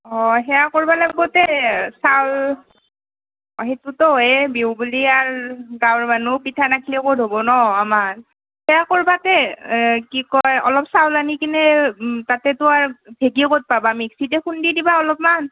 অ সেয়া কৰ্বা লাগব তে চাউল অ সেইটোতো হয়েই বিহু বুলি আৰু গাঁৱৰ মানুহ পিঠা নাখ্লি ক'ত হ'ব ন' আমাৰ সেয়া কৰ্বা তে কি কয় অলপ চাউল আনি কিনে তাতেতো আৰু ঢেকী ক'ত পাবা মিক্সিত খুন্দি দিবা অলপমান